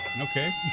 Okay